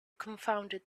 confounded